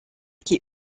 qui